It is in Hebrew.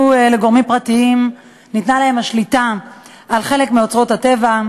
לגורמים פרטיים השליטה על חלק מאוצרות הטבע,